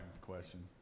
question